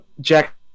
jack